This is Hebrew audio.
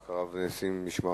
מעקב אחרי פעילות עמותות אלה?